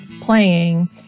playing